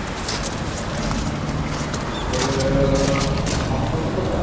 हां तर आपण कुठून बोलता